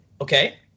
Okay